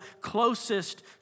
closest